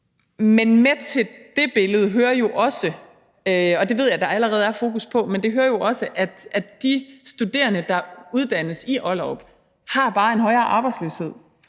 det ved jeg der allerede er fokus på, at de studerende, der uddannes i Ollerup, bare har en højere arbejdsløshed,